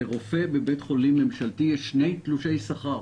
לרופא בבית חולים ממשלתי יש שני תלושי שכר: